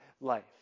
life